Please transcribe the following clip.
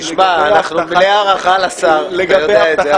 תשמע, אנחנו מלאי הערכה לשר, אתה יודע את זה.